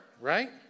right